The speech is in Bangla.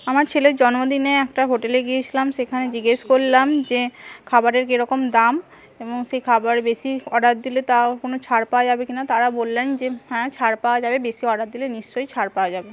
আমার ছেলের জন্মদিনে একটা হোটেলে গিয়েছিলাম সেখানে জিজ্ঞেস করলাম যে খাবারের কীরকম দাম এবং সেই খাবার বেশি অর্ডার দিলে তার কোন ছাড় পাওয়া যাবে কিনা তারা বললেন যে হ্যাঁ ছাড় পাওয়া যাবে বেশি অর্ডার দিলে নিশ্চয়ই ছাড় পাওয়া যাবে